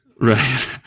Right